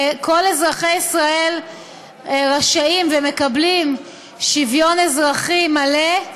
כל אזרחי ישראל רשאים ומקבלים שוויון אזרחי מלא,